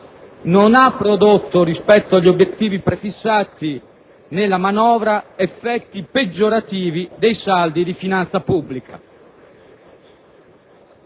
non ha prodotto, rispetto agli obiettivi prefissati nella manovra, effetti peggiorativi dei saldi di finanza pubblica.